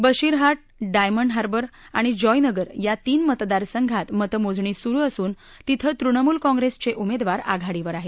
बशीरहाट डायमंड हार्बर आणि जॉयनगर या तीन मतदारसंघात मतमोजणी सुरू असून तिथं तृणमूल काँग्रेसचे उमेदवार आघाडीवर आहेत